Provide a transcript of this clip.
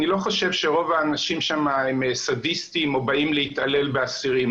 אני לא חושב שרוב האנשים שם הם סדיסטים או באים להתעלל באסירים,